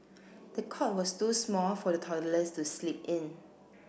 the cot was too small for the toddler to sleep in